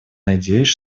надеюсь